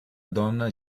donna